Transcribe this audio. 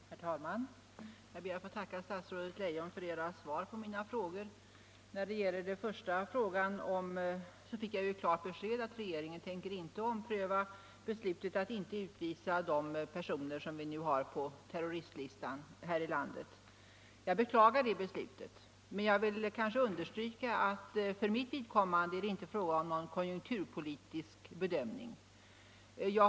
Herr talman! Jag ber att få tacka statsrådet Leijon för hennes svar på mina frågor. På den första frågan fick jag klart besked — regeringen tänker inte ompröva beslutet att inte utvisa de personer som vi nu har på terroristlistan här i landet. Jag beklagar det beslutet. Men jag vill understryka att det för mitt vidkommande inte är fråga om någon konjunkturpolitisk bedömning.